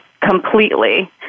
completely